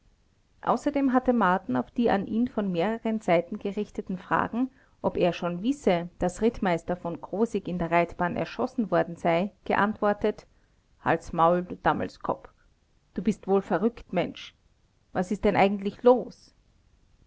außerdem hatte marten auf die an ihn von mehreren seiten gerichteten fragen ob er schon wisse daß rittmeister meister v krosigk in der reitbahn erschossen worden sei geantwortet halts maul du dammelskopp du bist wohl verrückt mensch was ist denn eigentlich los